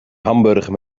hamburger